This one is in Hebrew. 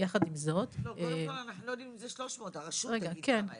אנחנו לא יודעים אם זה 300, הרשות תגיד כמה הם.